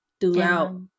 throughout